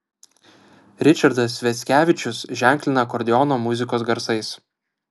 ričardas sviackevičius ženklina akordeono muzikos garsais